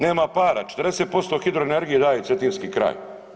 Nema para, 40% hidroenergije daje cetinski kraj.